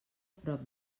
prop